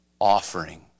offering